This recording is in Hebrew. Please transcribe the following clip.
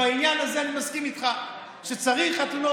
בעניין הזה אני מסכים איתך שצריך חתונות,